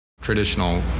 traditional